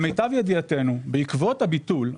בעקבות הביטול,